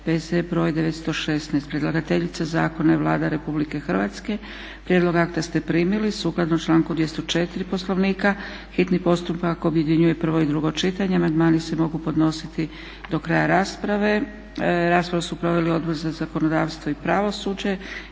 P.Z. br. 916; Predlagateljica zakona je Vlada Republike Hrvatske. Prijedlog akte ste primili. Sukladno članku 204. Poslovnika hitni postupak objedinjuje prvo i drugo čitanje. Amandmani se mogu podnositi do kraja rasprave. Raspravu su proveli Odbor za zakonodavstvo i pravosuđe.